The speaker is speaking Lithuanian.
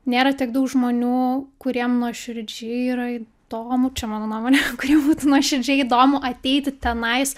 nėra tiek daug žmonių kuriem nuoširdžiai yra įdomu čia mano nuomonė kuriem būtų nuoširdžiai įdomu ateiti tenais